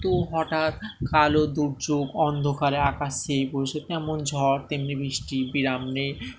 তো হঠাৎ কালো দুর্যোগ অন্ধকারে আকাশ ছেয়ে পড়েছে তেমন ঝড় তেমনি বৃষ্টি বিরাম নেই